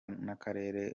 n’akarere